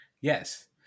Yes